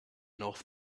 north